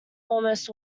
almost